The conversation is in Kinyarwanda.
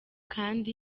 kandi